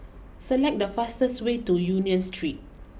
select the fastest way to Union Street